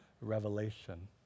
revelation